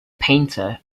painter